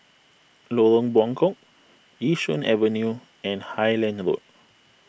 Lorong Buangkok Yishun Avenue and Highland Road